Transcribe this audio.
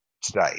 today